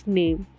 name